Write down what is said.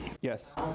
Yes